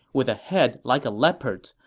with a head like a leopard's,